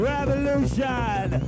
Revolution